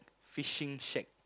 fishing shack